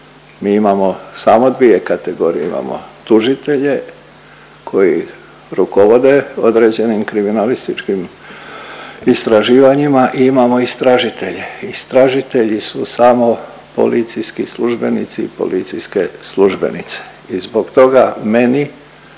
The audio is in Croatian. Mi imamo samo dvije kategorije imamo, tužitelje koji rukovode određenim kriminalističkim istraživanjima i imamo istražitelje. Istražitelji su samo policijski službenici i policijske službenice i zbog toga meni